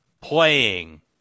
playing